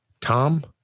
Tom